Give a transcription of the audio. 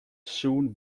soon